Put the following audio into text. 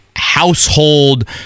Household